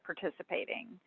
participating